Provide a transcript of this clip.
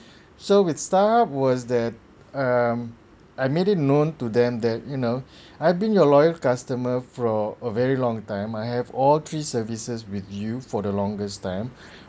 so with star was that um I made it known to them that you know I've been your loyal customer for a very long time I have all three services with you for the longest time